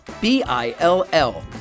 B-I-L-L